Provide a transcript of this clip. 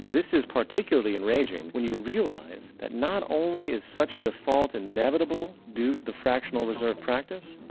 this is particularly enraging when you realize, that not only is such a default inevitable due to the fractional reserve practice.